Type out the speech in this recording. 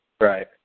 Right